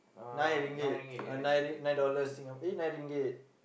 nine Ringgit uh nine nine dollars sing eh nine Ringgit